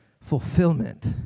fulfillment